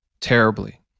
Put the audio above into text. terribly